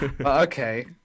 Okay